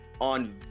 on